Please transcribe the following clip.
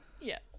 yes